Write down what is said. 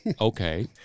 okay